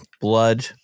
blood